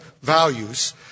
values